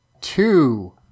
two